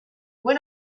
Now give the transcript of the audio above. when